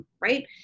right